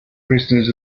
prisoners